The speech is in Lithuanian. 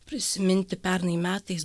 prisiminti pernai metais